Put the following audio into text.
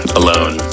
alone